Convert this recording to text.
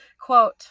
Quote